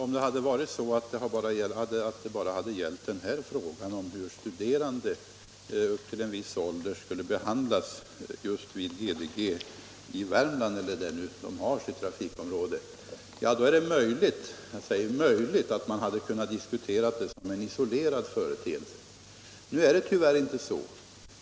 Herr talman! Om det bara gällde frågan om hur studerande upp till en viss ålder skulle behandlas vid GDG i Värmland och på de andra håll där företaget har sin verksamhet, är det möjligt — jag säger möjligt — att man hade kunnat diskutera det som en isolerad företeelse. Nu är det tyvärr inte fråga om någon isolerad företeelse.